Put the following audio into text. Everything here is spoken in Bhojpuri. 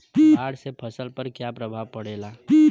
बाढ़ से फसल पर क्या प्रभाव पड़ेला?